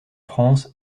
france